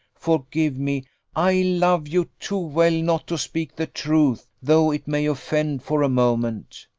forgive me i love you too well not to speak the truth, though it may offend for a moment.